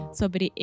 sobre